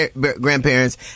grandparents